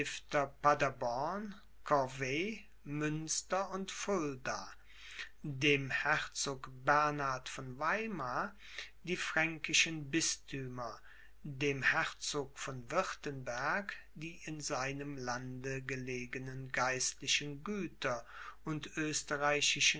und fulda dem herzog bernhard von weimar die fränkischen bisthümer dem herzog von wirtenberg die in seinem lande gelegenen geistlichen güter und